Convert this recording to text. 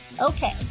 Okay